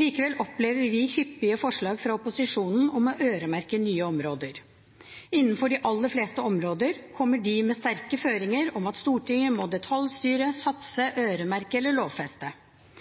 Likevel opplever vi hyppige forslag fra opposisjonen om å øremerke nye områder. Innenfor de aller fleste områder kommer de med sterke føringer om at Stortinget må detaljstyre, satse, øremerke eller lovfeste.